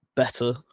better